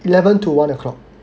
eleven to one o'clock